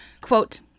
quote